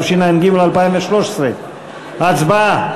התשע"ג 2013. הצבעה.